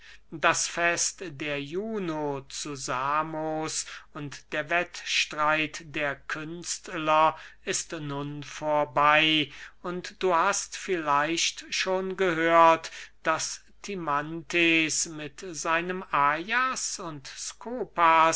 das fest der juno zu samos und der wettstreit der künstler ist nun vorbey und du hast vielleicht schon gehört daß timanthes mit seinem ajas und